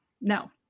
No